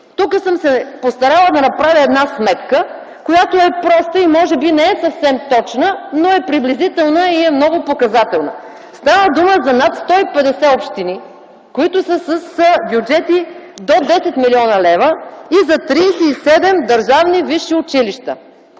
Тук съм се постарала да направя една сметка, която е проста, може би, не съвсем точна, но е приблизителна и е много показателна. Става дума за над 150 общини, които са с бюджети до 10 млн. лв. и за 37 държавни висши училища.